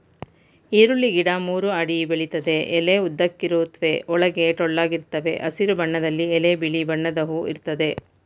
ಈರುಳ್ಳಿ ಗಿಡ ಮೂರು ಅಡಿ ಬೆಳಿತದೆ ಎಲೆ ಉದ್ದಕ್ಕಿರುತ್ವೆ ಒಳಗೆ ಟೊಳ್ಳಾಗಿರ್ತವೆ ಹಸಿರು ಬಣ್ಣದಲ್ಲಿ ಎಲೆ ಬಿಳಿ ಬಣ್ಣದ ಹೂ ಇರ್ತದೆ